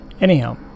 Anyhow